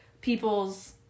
people's